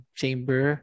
chamber